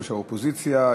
יושב-ראש האופוזיציה.